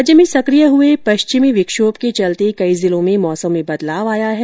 राज्य में सकिय हुए पश्चिमी विक्षोभ के चलते कई जिलों में मौसम में बदलाव आया है